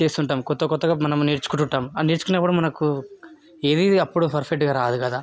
చేస్తుంటాం కొత్త కొత్తగా మనం నేర్చుకుంటుంటాం ఆ నేర్చుకున్నప్పుడు మనకు ఏది అప్పుడు పర్ఫెక్ట్గా రాదు కదా